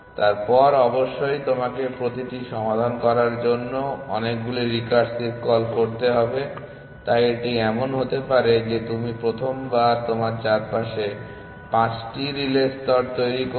তারপর অবশ্যই তোমাকে প্রতিটি সমাধান করার জন্য অনেকগুলি রিকার্সিভ কল করতে হবে তাই এটি এমন হতে পারে যে তুমি প্রথমবার তোমার চারপাশে 5টি রিলে স্তর তৈরি করবে